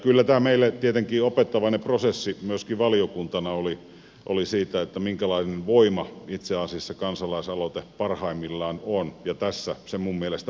kyllä tämä tietenkin opettavainen prosessi myöskin meille valiokuntana oli siitä minkälainen voima itse asiassa kansalaisaloite parhaimmillaan on ja tässä se minun mielestäni oli parhaimmillaan